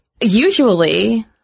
usually